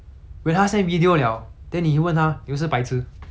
自自自自自找的应该被骂的这个